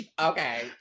Okay